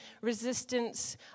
resistance